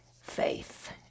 faith